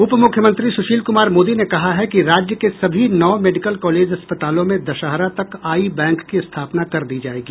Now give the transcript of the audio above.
उपमुख्यमंत्री सुशील कुमार मोदी ने कहा है कि राज्य के सभी नौ मेडिकल कॉलेज अस्पतालों में दशहरा तक आई बैंक की स्थापना कर दी जाएगी